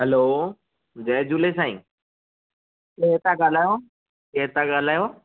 hello जय झूले साईं केरु था ॻाल्हायो केरु था ॻाल्हायो